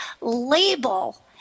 label